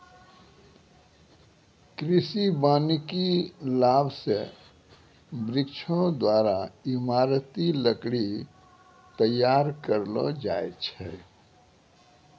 कृषि वानिकी लाभ से वृक्षो द्वारा ईमारती लकड़ी तैयार करलो जाय छै